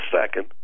second